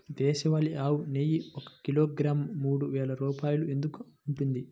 దేశవాళీ ఆవు నెయ్యి ఒక కిలోగ్రాము మూడు వేలు రూపాయలు ఎందుకు ఉంటుంది?